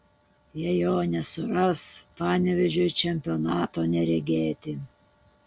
jei jo nesuras panevėžiui čempionato neregėti